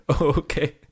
Okay